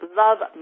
love